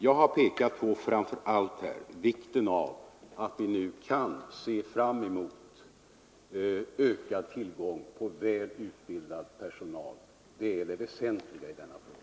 Jag har här pekat framför allt på vikten av att vi nu kan se fram emot ökad tillgång på väl utbildad personal. Det är det väsentliga i denna fråga.